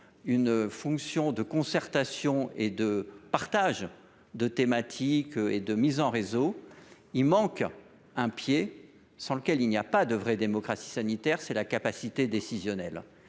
une fonction de concertation, de partage de thématiques et de mise en réseau. Mais il leur manque un pied, sans lequel il n’y a pas de vraie démocratie sanitaire : la capacité décisionnelle.